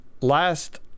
last